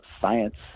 science